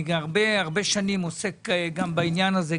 אני הרבה שנים עוסק בעניין הזה,